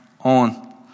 on